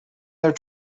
their